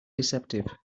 deceptive